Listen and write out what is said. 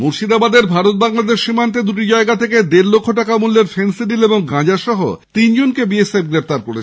মুর্শিদাবাদের ভারত বাংলাদেশ সীমান্তে দুটি জায়গা থেকে দেড় লক্ষ টাকা মূল্যের ফেঙ্গিডিল ও গাঁজা সহ তিনজনকে বিএসএফ গ্রেপ্তার করেছে